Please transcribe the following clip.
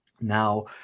now